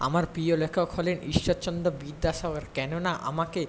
আমার প্রিয় লেখক হলেন ঈশ্বরচন্দ্র বিদ্যাসাগর কেননা আমাকে